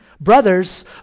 Brothers